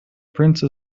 prince